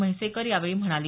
म्हैसेकर यावेळी म्हणाले